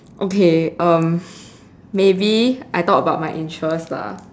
okay um maybe I talk about my interest lah